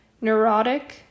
neurotic